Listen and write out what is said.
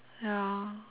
ya